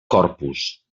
corpus